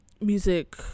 music